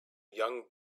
young